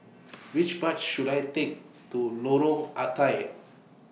Which Bus should I Take to Lorong Ah Thia